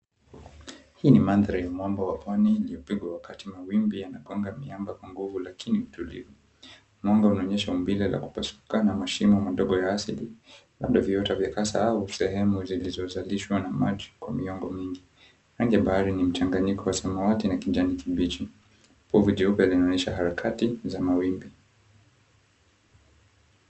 Hii ni mandhari ya mwamba wa pwani iliyopigwa wakati mawimbi yanagonga miamba kwa nguvu lakini utulivu. Mwanga unaonyesha umbile la kupasuka na mashimo madogo ya asili kando viota vya kasa au sehemu zilizozalishwa na maji mingi. Rangi ya bahari ni mchanganyiko wa samawati na kijani kibichi. Povu jeupe linaonyesha harakati za mawimbi.